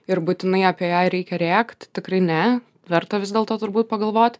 ir būtinai apie ją reikia rėkt tikrai ne verta vis dėlto turbūt pagalvot